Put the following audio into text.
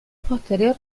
posterior